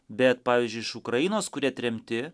bet pavyzdžiui iš ukrainos kurie tremti